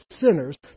sinners